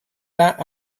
that